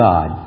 God